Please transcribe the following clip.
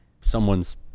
someone's